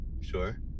sure